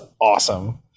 awesome